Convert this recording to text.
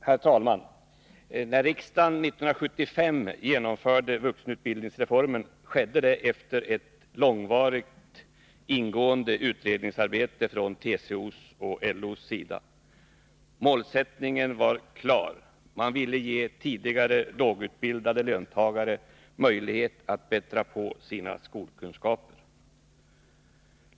Herr talman! När riksdagen 1975 genomförde vuxenutbildningsreformen skedde det efter ett långvarigt, ingående utredningsarbete från TCO:s och LO:s sida. Målsättningen var klar. Man ville ge tidigare lågutbildade löntagare möjlighet att bättra på sina skolkunskaper.